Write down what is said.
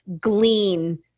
glean